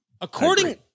According